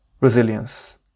resilience